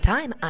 Time